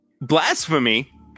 Blasphemy